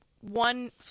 one –